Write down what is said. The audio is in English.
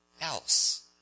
else